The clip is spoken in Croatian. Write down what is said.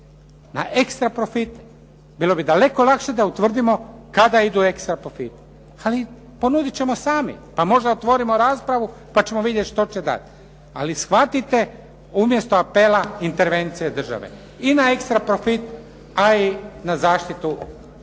na ekstra profite. Bilo bi daleko lakše da utvrdimo kada idu ekstra profiti, ali ponuditi ćemo sami pa možda otvorimo raspravu pa ćemo vidjeti što će dalje. Ali shvatite umjesto apela intervencije države i na ekstra profit, a i na zaštitu građana